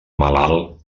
malalt